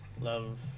love